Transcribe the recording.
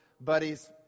buddies